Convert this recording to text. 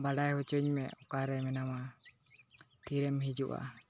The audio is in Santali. ᱵᱟᱰᱟᱭ ᱦᱚᱪᱚᱧᱢᱮ ᱚᱠᱟᱨᱮ ᱢᱮᱱᱟᱢᱟ ᱛᱤᱨᱮᱢ ᱦᱤᱡᱩᱜᱼᱟ